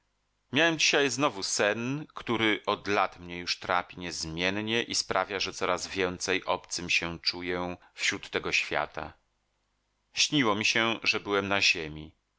miałem dzisiaj znowu sen który od lat mnie już trapi niezmiennie i sprawia że coraz więcej obcym się czuję wśród tego świata śniło mi się że byłem na ziemi